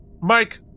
Mike